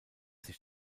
sich